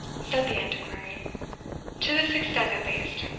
said the antiquary to this extent at least,